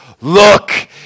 look